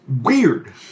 weird